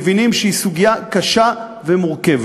מבינים שהיא סוגיה קשה ומורכבת.